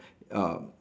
uh